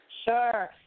Sure